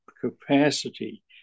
capacity